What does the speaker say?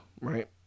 right